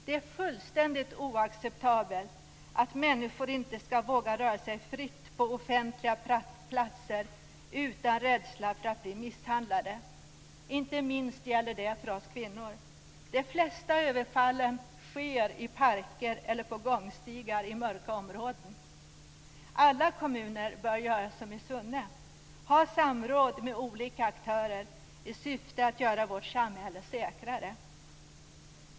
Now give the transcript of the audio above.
Det är fullständigt oacceptabelt att människor inte kan röra sig fritt på offentliga platser utan rädsla för att bli misshandlade. Inte minst gäller detta oss kvinnor. De flesta överfall sker i parker eller på gångstigar i mörka områden. Alla kommuner bör göra som Sunne och ha samråd med olika aktörer i syfte att göra vårt samhälle säkrare.